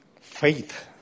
faith